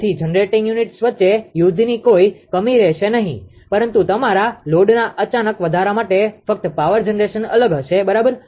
તેથી generating units વચ્ચે યુદ્ધની કોઈ કમી રહેશે નહીં પરંતુ તમારા લોડના અચાનક વધારા માટે ફક્ત પાવર જનરેશન અલગ હશે બરાબર